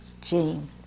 Jane